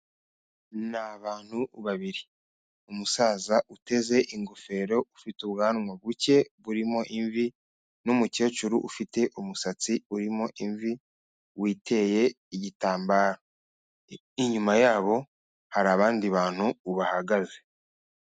Ni abantu babiri umusaza uteze ingofero ufite ubwanwa buke burimo imvi n'umukecuru ufite umusatsi urimo imvi witeye igitambaro. Inyuma yabo hari abandi bantu bahagaze.